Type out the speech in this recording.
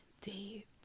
date